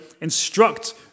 instruct